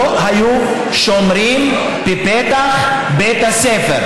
לא היו שומרים בפתח בית הספר,